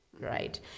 Right